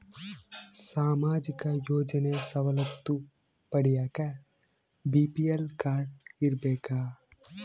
ಸಾಮಾಜಿಕ ಯೋಜನೆ ಸವಲತ್ತು ಪಡಿಯಾಕ ಬಿ.ಪಿ.ಎಲ್ ಕಾಡ್೯ ಇರಬೇಕಾ?